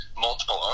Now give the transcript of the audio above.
multiple